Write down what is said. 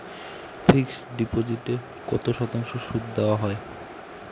Fixed ডিপোজিটে কত শতাংশ সুদ দেওয়া হয়?